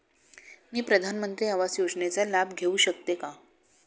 मी प्रधानमंत्री आवास योजनेचा लाभ घेऊ शकते का?